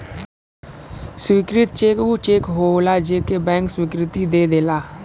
स्वीकृत चेक ऊ चेक होलाजे के बैंक स्वीकृति दे देला